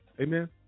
Amen